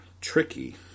Tricky